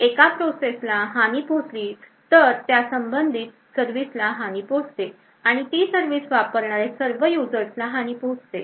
त्यामुळे एका प्रोसेसला हानी पोहोचली तर त्या संबंधित सर्विसला हानी पोहोचते आणि ती सर्विस वापरणारे सर्व युजर्सला हानी पोहोचते